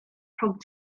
rhwng